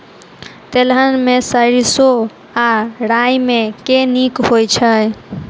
तेलहन मे सैरसो आ राई मे केँ नीक होइ छै?